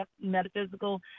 metaphysical